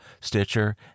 Stitcher